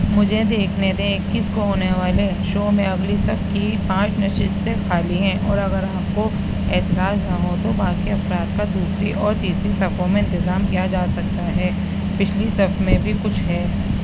مجھے دیکھنے دیں اکیس کو ہونے والے شو میں اگلی صف کی پانچ نشستیں خالی ہیں اور اگر آپ کو اعتراض نہ ہو تو باقی افراد کا دوسری اور تیسری صفوں میں انتظام کیا جا سکتا ہے پچھلی صف میں بھی کچھ ہے